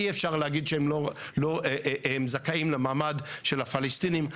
אי אפשר להגיד שהם זכאים למעמד של הפלסטינים,